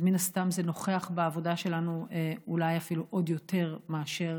אז מן הסתם זה נוכח בעבודה שלנו אולי אפילו עוד יותר מאשר